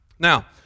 Now